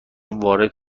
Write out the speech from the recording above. وارد